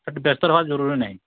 ଏତେ ବ୍ୟସ୍ତ ହେବା ଜରୁରୀ ନାହିଁ